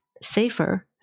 safer